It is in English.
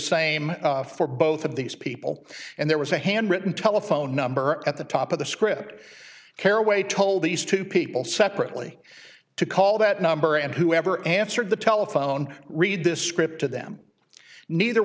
same for both of these people and there was a handwritten telephone number at the top of the script caraway told these two people separately to call that number and whoever answered the telephone read this script to them neither